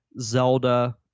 Zelda